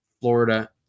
Florida